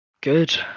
Good